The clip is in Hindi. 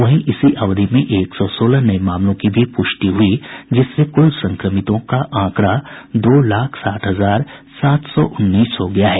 वहीं इसी अवधि में एक सौ सोलह नये मामलों की भी पुष्टि हुई जिससे कुल संक्रमितों का आंकड़ा दो लाख साठ हजार सात सौ उन्नीस हो गया है